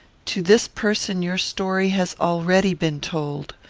to this person your story has already been told.